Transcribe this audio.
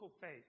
faith